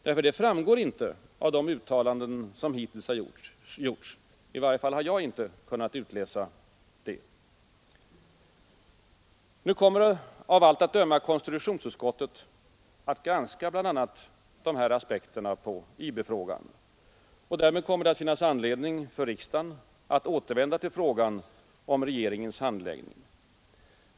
Det framgår nämligen inte av de uttalanden som hittills gjorts; i varje fall har jag inte kunnat få något svar på den frågan. Nu kommer av allt att döma konstitutionsutskottet att granska bl.a. dessa aspekter av IB-frågan. Därmed kommer det att finnas anledning för riksdagen att återvända till frågan om regeringens handläggning.